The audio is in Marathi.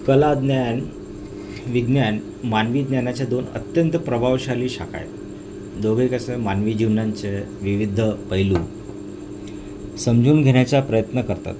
कला ज्ञान विज्ञान मानवी ज्ञानाच्या दोन अत्यंत प्रभावशाली शाखा आहेत दोघे कसं मानवी जीवनांचे विविध पैलू समजून घेण्याचा प्रयत्न करतात